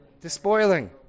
Despoiling